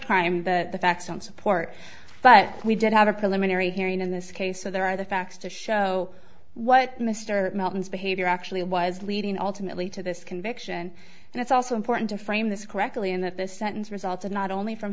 crime but the facts don't support but we did have a preliminary hearing in this case so there are the facts to show what mr martin's behavior actually was leading ultimately to this conviction and it's also important to frame this correctly in that this sentence resulted not only from